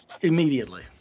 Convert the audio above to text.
immediately